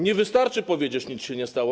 Nie wystarczy powiedzieć: nic się nie stało.